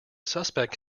suspect